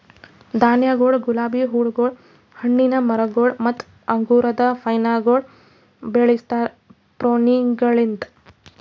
ಧಾನ್ಯಗೊಳ್, ಗುಲಾಬಿ ಹೂಗೊಳ್, ಹಣ್ಣಿನ ಮರಗೊಳ್ ಮತ್ತ ಅಂಗುರದ ವೈನಗೊಳ್ ಬೆಳುಸ್ತಾರ್ ಪ್ರೂನಿಂಗಲಿಂತ್